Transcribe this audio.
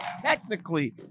technically